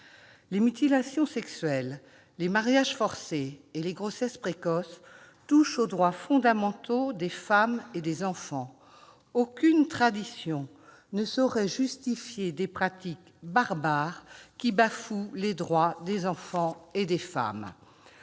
Les mutilations sexuelles, les mariages forcés et les grossesses précoces touchent aux droits fondamentaux des femmes et des enfants. Aucune tradition ne saurait justifier des pratiques barbares qui bafouent les droits des enfants et des femmes.